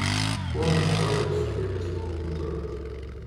ko nustojot srėbę savo putrą